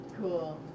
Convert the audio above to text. Cool